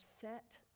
set